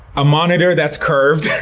a monitor that's curved